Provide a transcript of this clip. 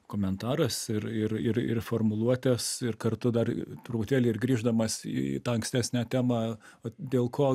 komentaras ir ir ir ir formuluotės ir kartu dar truputėlį ir grįždamas į į į tą ankstesnę temą o dėl ko